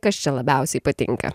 kas čia labiausiai patinka